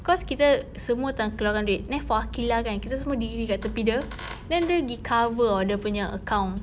cause kita semua tak nak keluarkan duit then for aqilah kan kita semua diri dekat tepi dia then dia pergi cover [tau] dia punya account